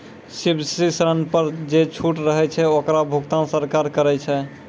subsidy ऋण पर जे छूट रहै छै ओकरो भुगतान सरकार करै छै